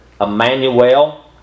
Emmanuel